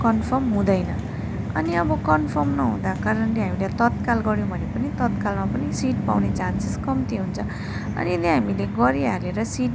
confirm हुँदैन अनि अब कन्फर्म नहुँदाको कारणले हामीले तत्काल गऱ्यौँ भने पनि तत्कालमा पनि सिट पाउने चान्सेस कम्ती हुन्छ अनि नि हामीले गरी हालेर हामीले सिट